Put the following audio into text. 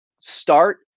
start